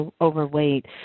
overweight